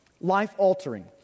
life-altering